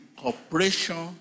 cooperation